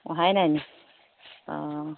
অহাই নাই নেকি অঁ